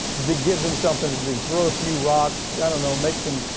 that gives them something to do. throw a few rocks. i don't know. make some,